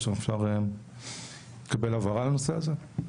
אפשר לקבל הבהרה על הנושא הזה?